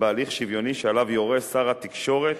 בהליך שוויוני שעליו יורה שר התקשורת,